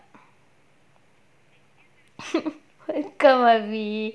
welcome erby